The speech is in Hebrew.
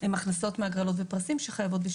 הן הכנסות מהגרלות ופרסים שחייבות בשיעור